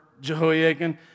Jehoiakim